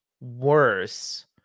worse